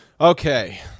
Okay